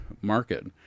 Market